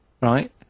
right